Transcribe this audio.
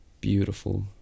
beautiful